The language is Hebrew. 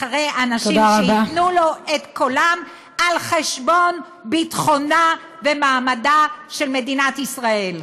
אחרי אנשים שייתנו לו את קולם על חשבון ביטחונה ומעמדה של מדינת ישראל.